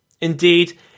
Indeed